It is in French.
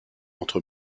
entre